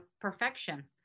perfection